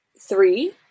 three